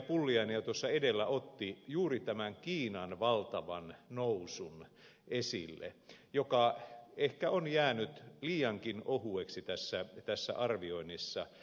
pulliainen jo tuossa edellä otti esille juuri tämän kiinan valtavan nousun joka ehkä on jäänyt liiankin ohueksi tässä arvioinnissa